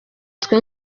twe